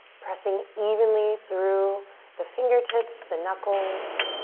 pressing evenly through the fingertips, the knuckles,